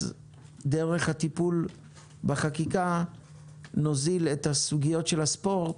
אז דרך הטיפול בחקיקה נוזיל את סוגיות הספורט,